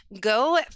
Go